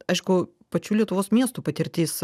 aišku pačių lietuvos miestų patirtis